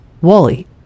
Wally